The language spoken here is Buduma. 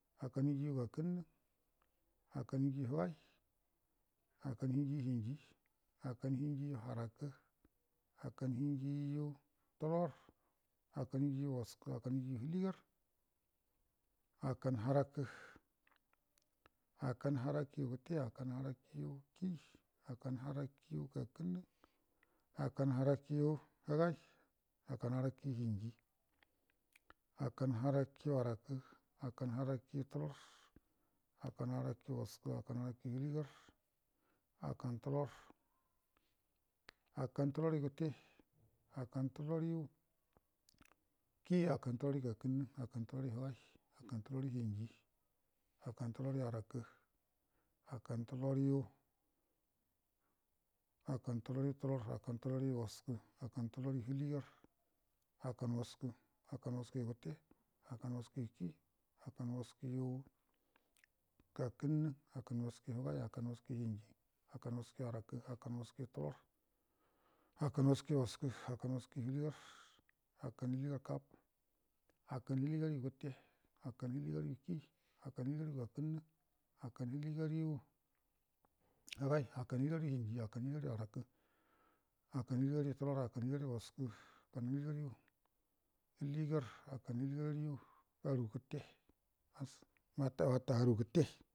Akkanə hinji yu gakənnə akkanə hinji yu həgai akkanə hinji yu hinji akkanə hinji yu arakə akkanə hinji yu tularə akkanə hinji yu waskə akkanə hinji yu həligarə akkanə harakə akkan harakəyu gətte akkanə harakə yu kii akkanə harəkəyu gakənnə akkanə harakəyu həgai akkanə harakəya hinji akkanə harakəyu arakə akkanə harakəyu tulorə akkanə harakəyu waskə akkanə harakəyu həligarə akkanə tulorə akkanə tularə yugətte akkanə tulorə yu kii akkanə tularə yu gakənnə akkanə tulorə yu həgai akkanə tulorə yu hinji akkanə tulorə yu arakə akkanə tulorə yu tulorə akkanə tulorə yu waskə akkanə tulorə yu həligarə akkanə waska akkan waskəgu gətte akkanə waskəyu kii akkanə waskəyu gakənnə akkanə wakəyu həgai akkanə waskəyu hinji akkanə waskəyu arakə akkanə waskəyu tulorə akkanə akkanə həligarə kabə akkanə həligarəyu gətte akkanə hiligarəyu kii akkuə həligargu gakəunə akkanə həligarəyu həgai akkanə həligarəyu hinji akkanə həligarəyu arakə akkanə həligarəyu tulorə akkanə həligarəyu waskə akkanə həligarayu həligarə akkanə həligaryu aru gətte hass mata wata aru gətte